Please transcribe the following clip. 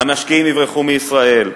המשקיעים יברחו מישראל,